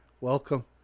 welcome